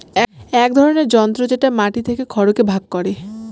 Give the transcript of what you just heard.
এক ধরনের যন্ত্র যেটা মাটি থেকে খড়কে ভাগ করে